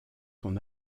son